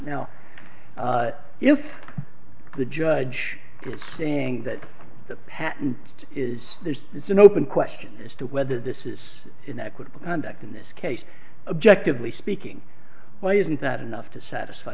now if the judge is saying that the patent is theirs it's an open question as to whether this is an equitable conduct in this case objective lee speaking why isn't that enough to satisfy